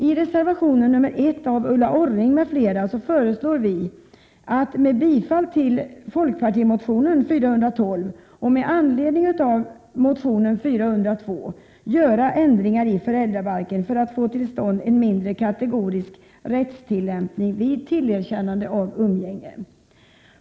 I reservation nr 1 av Ulla Orring m.fl. föreslår vi att riksdagen med bifall till folkpartimotionen L412 och med anledning av motion L402 skall göra ändringar i föräldrabalken för att få till stånd en mindre kategorisk rättstillämpning vid tillerkännande av umgänge.